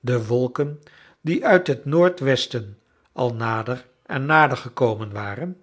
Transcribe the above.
de wolken die uit het noordwesten al nader en nader gekomen waren